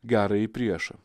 gerąjį priešą